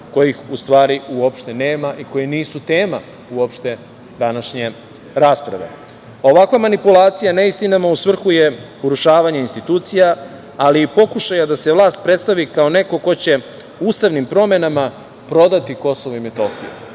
kojih ustvari uopšte nema i nisu tema uopšte današnje rasprave. Ovakva manipulacija neistinama u svrhu je urušavanja institucija, ali i pokušaja da se vlast predstavi kao neko ko će ustavnim promenama prodati KiM.Iako, je